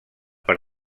per